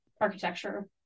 architecture